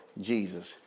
Jesus